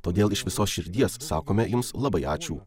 todėl iš visos širdies sakome jums labai ačiū